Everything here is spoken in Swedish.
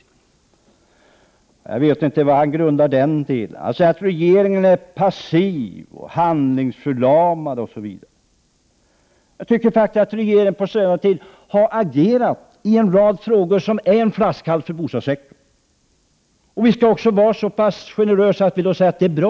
Jag vet inte vad han grundar det uttalandet på. Agne Hansson säger att regeringen är passiv och handlingsförlamad osv. Jag tycker faktiskt att regeringen på senare tid har agerat i en rad frågor som har utgjort en flaskhals för bostadssektorn. Vi skall då vara så pass generösa att vi kan säga att det är bra.